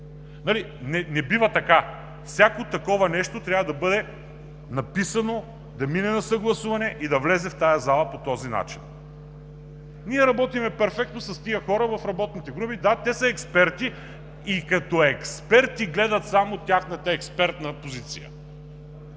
Не бива така. Всяко такова нещо трябва да бъде написано, да мине на съгласуване и да влезе в тази зала по този начин. Ние работим перфектно с тези хора в работните групи. Да, те са експерти и като експерти гледат само тяхната експертна позиция.